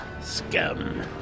Scum